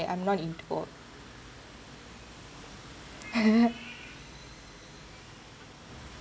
I am not into